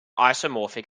isomorphic